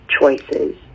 choices